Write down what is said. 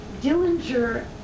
Dillinger